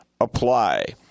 apply